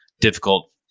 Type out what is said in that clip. difficult